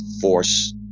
force